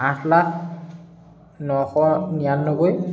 আঠ লাখ নশ নিৰান্নব্বৈ